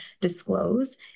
disclose